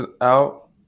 out